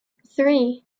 three